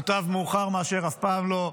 מוטב מאוחר מאשר אף פעם לא,